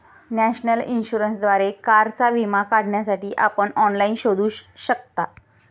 national इन्शुरन्सद्वारे कारचा विमा काढण्यासाठी आपण ऑनलाइन शोधू शकता